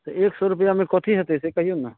से एक सए रूपैआ मे कथी हेतै से कहिऔ ने